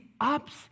ups